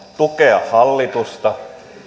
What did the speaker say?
tukea hallitusta